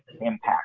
impact